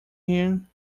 him